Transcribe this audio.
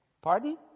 Pardon